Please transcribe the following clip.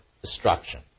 destruction